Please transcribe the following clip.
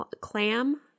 clam